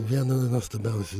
viena nuostabiausių